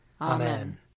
Amen